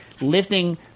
lifting